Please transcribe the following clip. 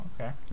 okay